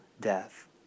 death